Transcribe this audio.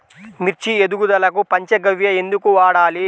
మిర్చి ఎదుగుదలకు పంచ గవ్య ఎందుకు వాడాలి?